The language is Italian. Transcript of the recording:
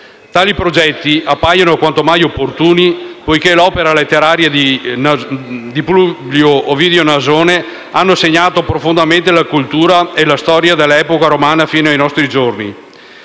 Tali progetti appaiono quanto mai opportuni, poiché l'opera letteraria di Publio Ovidio Nasone ha segnato profondamente la cultura e la storia dall'epoca romana fino ai nostri giorni.